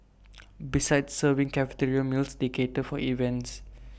besides serving cafeteria meals they cater for events